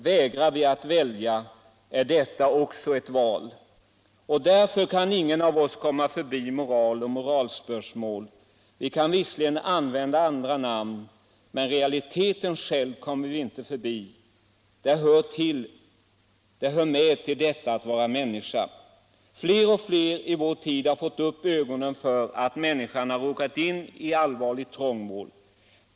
Vägrar vi att välja är detta också ett val. Därför kan ingen av oss komma förbi moral och moralspörsmål. Vi kan visserligen använda andra namn, men realiteten själv kommer vi inte förbi. Den hör med till detta att vara människa. Fler och fler har i vår tid fått upp ögonen för att människan har råkat in i allvarligt trångmål.